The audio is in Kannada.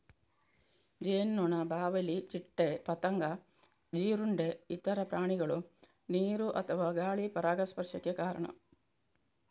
ಜೇನುನೊಣ, ಬಾವಲಿ, ಚಿಟ್ಟೆ, ಪತಂಗ, ಜೀರುಂಡೆ, ಇತರ ಪ್ರಾಣಿಗಳು ನೀರು ಅಥವಾ ಗಾಳಿ ಪರಾಗಸ್ಪರ್ಶಕ್ಕೆ ಕಾರಣ